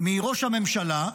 מראש הממשלה,